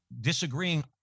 disagreeing